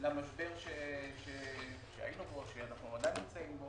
למשבר שהיינו בו ושאנחנו עדיין נמצאים בו.